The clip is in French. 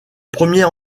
premiers